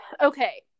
Okay